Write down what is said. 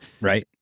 Right